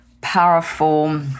powerful